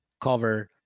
cover